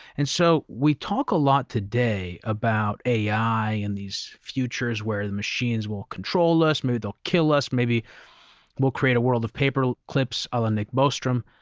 and so we talk a lot today about ai and these futures where the machines will control us, maybe they'll kill us, maybe we'll create a world of paperclips a la nick bostrom,